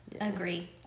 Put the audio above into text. agree